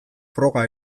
froga